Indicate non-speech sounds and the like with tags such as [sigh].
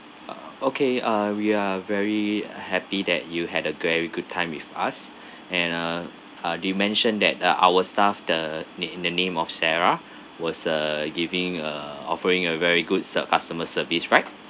err okay uh we are very happy that you had a very good time with us [breath] and uh uh do you mentioned that uh our staff the n~ in the name of sarah was uh giving uh offering a very good ser~ customer service right